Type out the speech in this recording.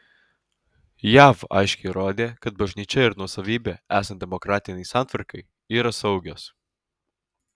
jav aiškiai rodė kad bažnyčia ir nuosavybė esant demokratinei santvarkai yra saugios